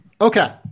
Okay